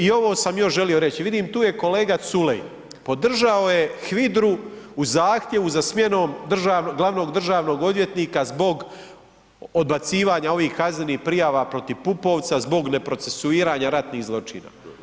I ovo sam još želio reći, vidim tu je kolega Culej, podržao je HVIRA-u u zahtjevu za smjenom glavnog državnog odvjetnika zbog odbacivanja ovih kaznenih prijava protiv Pupovca zbog neprocesuiranja ratnih zločina.